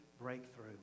breakthrough